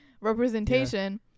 representation